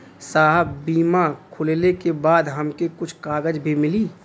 साहब बीमा खुलले के बाद हमके कुछ कागज भी मिली?